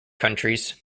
countries